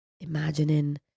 imagining